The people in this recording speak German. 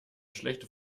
schlechte